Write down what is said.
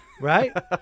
Right